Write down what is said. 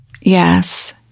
Yes